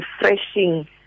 refreshing